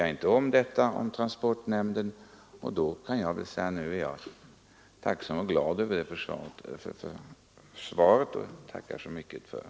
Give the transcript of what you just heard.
Jag kände inte till att transportnämnden fått detta uppdrag, och jag är tacksam och glad för det svar jag nu har fått.